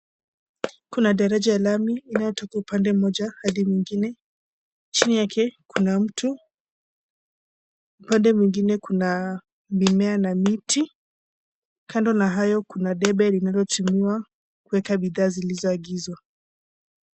Kuna daraja ya lami inayo toka upande mmoja hadi mwingine. Chini yake kuna mtu, upande mwingine kuna mimea na miti. Kando na hayo kuna debe linalotumiwa kuweka bidhaa zilizoagizwa.